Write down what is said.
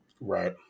Right